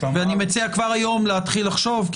ומציע כבר היום להתחיל לחשוב,